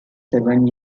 seven